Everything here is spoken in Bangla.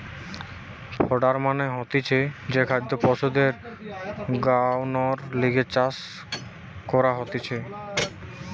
ফডার মানে হতিছে যে খাদ্য পশুদের খাওয়ানর লিগে চাষ করা হতিছে